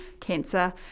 cancer